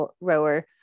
rower